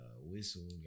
whistle